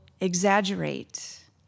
exaggerate